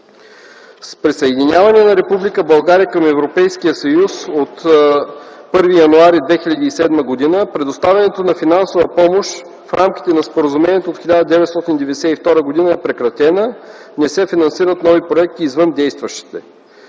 към Европейския съюз от 1 януари 2007 г. предоставянето на финансова помощ в рамките на споразумението от 1992 г. е прекратена, не се финансират нови проекти извън действащите.